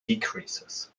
decreases